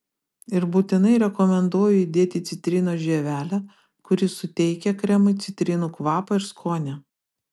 ir būtinai rekomenduoju dėti citrinos žievelę kuri suteikia kremui citrinų kvapą ir skonį